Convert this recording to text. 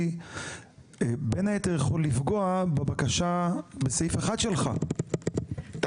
בין היתר יכול לפגוע בבקשה בסעיף 1 שלך,